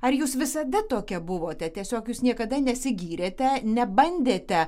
ar jūs visada tokia buvote tiesiog jūs niekada nesigyrėte nebandėte